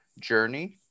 journey